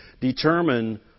determine